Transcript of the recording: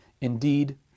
Indeed